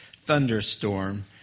thunderstorm